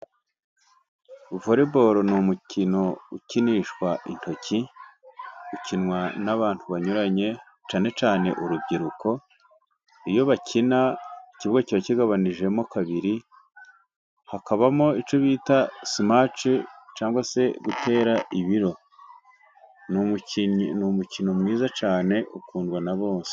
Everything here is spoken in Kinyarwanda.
Voreboru ni umukino ukinishwa intoki, ukinwa n'abantu banyuranye cyane cyane urubyiruko. Iyo bakina ikibuga kiba kigabanyijemo kabiri, hakabamo icyo bita simaci, cyangwa se gutera ibiro. Ni umukino mwiza cyane ukundwa na bose.